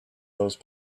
those